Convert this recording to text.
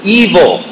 evil